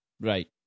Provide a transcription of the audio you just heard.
Right